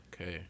Okay